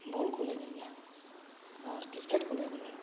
ᱵᱚᱞ ᱠᱚᱞᱮ ᱮᱱᱮᱡ ᱟ ᱟᱨ ᱠᱨᱤᱠᱮᱴ ᱠᱚᱞᱮ ᱮᱱᱮᱡᱼᱟ